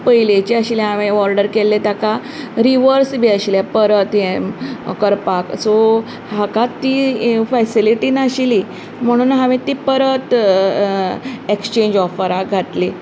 पयलेंचें आशिल्लें हांवेन ऑर्डर केल्लें ताका रिवर्स बी आशिल्लें परत हें करपाक सो हाका ती फेसिलिटी नाशिल्ली म्हणून हांवेन ती परत एक्सेंज ऑफराक घातली